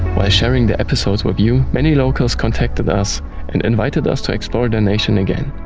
while sharing the episodes with you, many locals contacted us and invited us to explore their nation again.